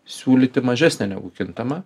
siūlyti mažesnę negu kintamą